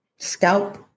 Scalp